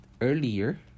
earlier